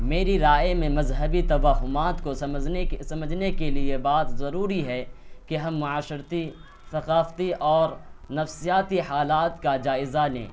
میری رائے میں مذہبی توہمات کو سمجھنے کے لیے بہت ضروری ہے کہ ہم معاشرتی ثقافتی اور نفسیاتی حالات کا جائزہ لیں